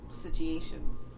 Situations